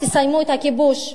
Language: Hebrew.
תסיימו את הכיבוש.